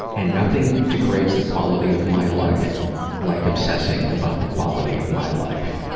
and nothing degrades the quality of my life like obsessing about the quality of my life.